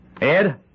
Ed